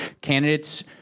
candidates